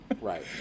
right